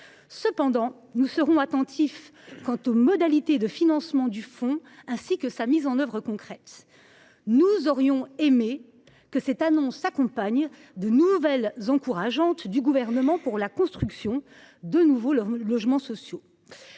Cependant, nous serons attentifs aux modalités de financement du fonds, ainsi qu’à sa mise en œuvre concrète. Nous aurions aimé que cette annonce s’accompagne de nouvelles encourageantes du Gouvernement en faveur de la construction de nouveaux logements sociaux.